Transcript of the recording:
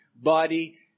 body